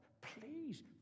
please